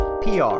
PR